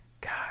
God